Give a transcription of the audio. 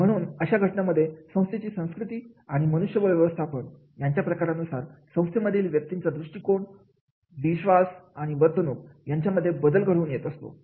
तर म्हणून अशा घटनेमध्ये संस्थेची संस्कृती आणि मनुष्यबळ व्यवस्थापन यांच्या प्रकारानुसार संस्थेमधील व्यक्तींचा दृष्टिकोन विश्वास आणि वर्तणूक याच्या मध्ये बदल घडून येत असतो